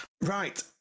Right